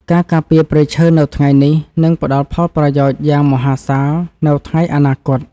ការការពារព្រៃឈើនៅថ្ងៃនេះនឹងផ្តល់ផលប្រយោជន៍យ៉ាងមហាសាលនៅថ្ងៃអនាគត។